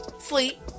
sleep